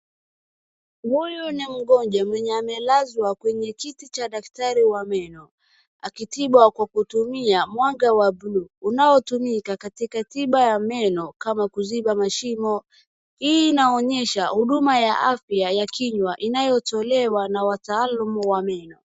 Huyu ni mgonjwa mwenye amelazwa kwenye kiti cha daktari wa meno. Akitibiwa kwa kutumia mwangaa wa blue unaotumika katika tiba ya meno kama kuziba mashimo. Hii inaonyesha huduma ya afya ya kinywa inayotolewa na wataalamu wa meno.